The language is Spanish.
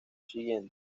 siguiente